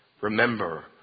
remember